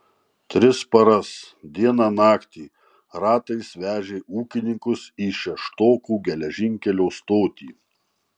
tris paras dieną naktį ratais vežė ūkininkus į šeštokų geležinkelio stotį